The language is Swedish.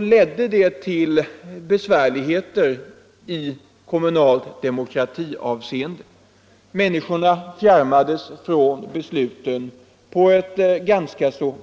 ledde de till besvärligheter när det gäller den kommunala demokratin. Människorna fjärmades på många sätt från besluten.